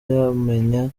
yamenya